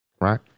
right